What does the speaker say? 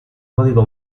código